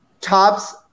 Top's